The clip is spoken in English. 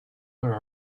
were